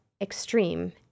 extreme